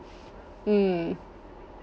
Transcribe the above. mm